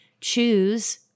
choose